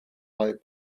light